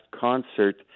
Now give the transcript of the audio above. concert